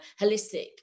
holistic